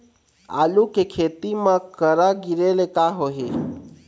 आलू के खेती म करा गिरेले का होही?